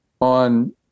on